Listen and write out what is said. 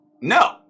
no